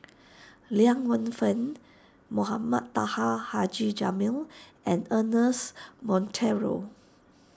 Liang Wenfu Mohamed Taha Haji Jamil and Ernest Monteiro